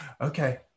okay